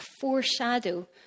foreshadow